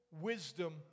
wisdom